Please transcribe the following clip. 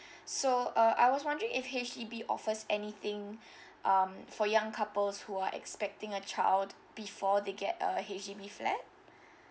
so uh I was wondering if H_D_B offers anything um for young couples who are expecting a child before they get a H_D_B flat